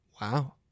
Wow